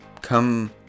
come